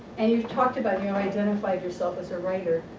and you talked about how you identified yourself as a writer,